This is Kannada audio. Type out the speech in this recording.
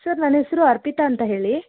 ಸರ್ ನನ್ನ ಹೆಸರು ಅರ್ಪಿತಾ ಅಂತ ಹೇಳಿ